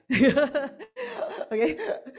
okay